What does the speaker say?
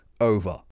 over